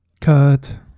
cut